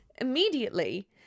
immediately